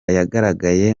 yagaragaye